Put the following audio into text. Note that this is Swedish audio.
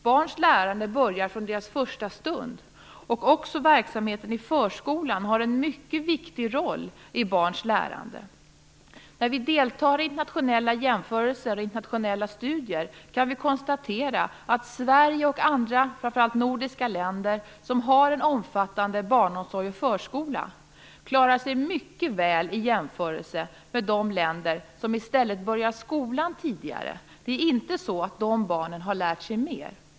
Barns lärande börjar från deras första stund. Även verksamheten i förskolan har en mycket viktig roll i barns lärande. När vi deltar i internationella jämförelser och internationella studier kan vi konstatera att Sverige och andra, framför allt nordiska länder, som har en omfattande barnomsorg och förskola klarar sig mycket väl i jämförelse med de länder där man i stället börjar skolan tidigare. Det är inte så att de barnen har lärt sig mer.